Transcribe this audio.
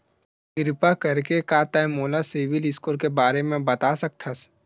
किरपा करके का तै मोला सीबिल स्कोर के बारे माँ बता सकथस?